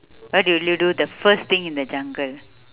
what do you do the first thing in the jungle